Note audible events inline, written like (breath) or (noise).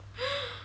(breath)